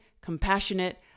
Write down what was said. compassionate